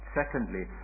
secondly